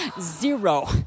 Zero